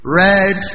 red